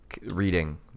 reading